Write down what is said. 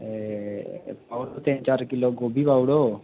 ते ओह् कोई तीन चार किलो गोभी पाई ओड़ो